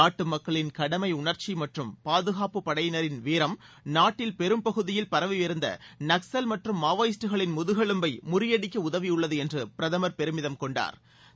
நாட்டு மக்களின் கடமை உணர்க்சி மற்றும் பாதுகாப்பு படையினரின் வீரம் நாட்டில் பெரும் பகுதியில் பரவி இருந்த நக்ஸல் மற்றும் மாவோயிஸ்டுகளின் முதுகெலும்பை முறியடிக்க உதவியுள்ளது என்று பிரதமர் பெருமிதம் கொண்டாா்